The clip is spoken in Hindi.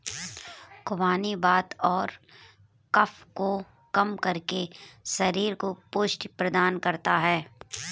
खुबानी वात और कफ को कम करके शरीर को पुष्टि प्रदान करता है